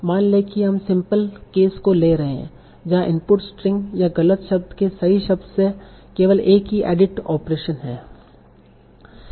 मान लें कि हम सिंपल केस को ले रहे हैं जहां इनपुट स्ट्रिंग या गलत शब्द के सही शब्द से केवल एक ही एडिट ऑपरेशन है